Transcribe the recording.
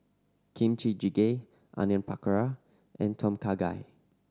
Kimchi Jjigae Onion Pakora and Tom Kha Gai